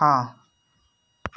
हाँ